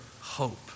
hope